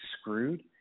screwed